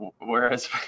Whereas